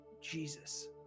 Jesus